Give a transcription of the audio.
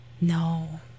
No